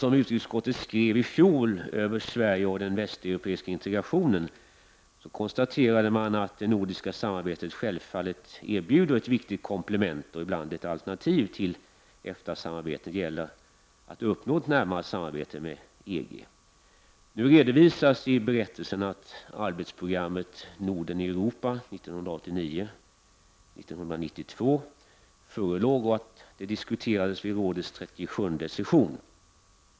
I utskottets betänkande från i fjol som handlade om Sverige och den västeuropeiska integrationen konstaterades att det nordiska samarbetet självfallet erbjuder ett viktigt komplement och ibland ett alternativ till EFTA-samarbetet när det gäller att uppnå ett närmare samarbete med EG. Nu redovisas i berättelsen att arbetsprogrammet ”Norden i Europa 1989-1992” förelåg och att detta diskuterades vid rådets 37:e session.